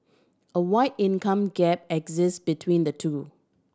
a wide income gap exist between the two